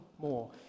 more